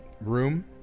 room